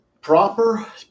Proper